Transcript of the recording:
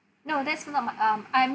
not that's not my um I'm